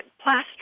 plaster